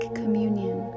communion